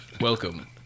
welcome